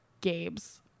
Gabe's